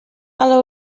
ale